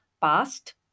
past